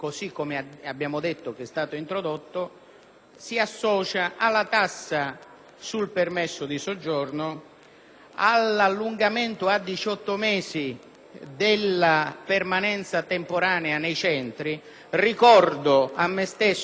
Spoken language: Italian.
al prolungamento fino a 18 mesi della permanenza temporanea nei centri. Ricordo a me stesso che, se non sbaglio, analogo trattamento in termini di custodia cautelare non si riserva né ai criminali comuni